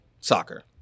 soccer